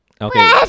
Okay